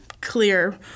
clear